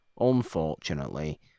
unfortunately